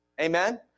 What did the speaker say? Amen